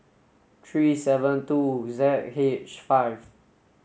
three seven two Z H five